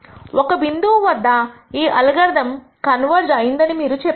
ఒక బిందువు వద్ద ఈ అల్గారిథం కన్వర్జెన్స్ అయిందని అని మీరు చెప్పారు